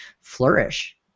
flourish